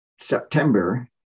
september